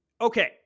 Okay